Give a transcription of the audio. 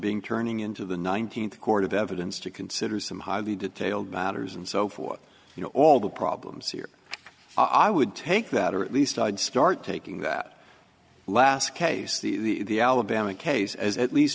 being turning into the nineteenth court of evidence to consider some highly detailed matters and so forth you know all the problems here i would take that or at least i'd start taking that last case the alabama case as at least